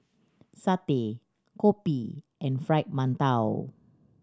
satay kopi and Fried Mantou